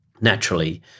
naturally